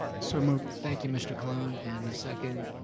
so moved. thank you, mr. colon, and a second?